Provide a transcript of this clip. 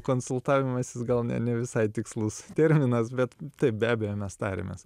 konsultavimasis gal ne ne visai tikslus terminas bet taip be abejo mes tariamės